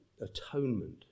atonement